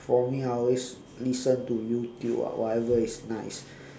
for me I always listen to youtube ah whatever is nice